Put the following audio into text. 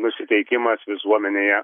nusiteikimas visuomenėje